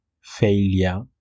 failure